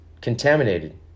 contaminated